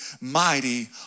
mighty